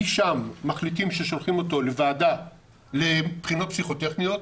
משם מחליטים ששולחים אותו לבחינות פסיכוטכניות,